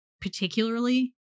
particularly